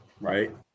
right